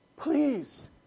please